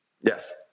Yes